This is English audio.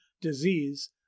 disease